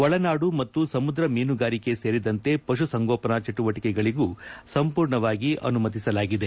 ಒಳನಾಡು ಮತ್ತು ಸಮುದ್ರ ಮೀನುಗಾರಿಕೆ ಸೇರಿದಂತೆ ಪಶುಸಂಗೋಪನಾ ಚಟುವಟಿಕೆಗಳಿಗೂ ಸಹ ಸಂಪೂರ್ಣವಾಗಿ ಅನುಮತಿಸಲಾಗಿದೆ